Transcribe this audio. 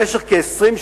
במשך כעשרים שנה,